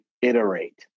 iterate